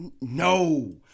No